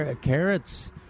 Carrots